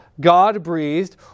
God-breathed